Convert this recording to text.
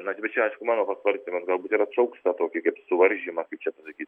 na tai čia aišku mano pasvarstymas galbūt ir atšauks tą tokį kaip suvaržymą kaip čia pasakyt